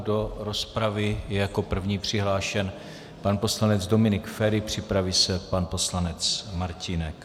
Do rozpravy je jako první přihlášen pan poslanec Dominik Feri, připraví se pan poslanec Martínek.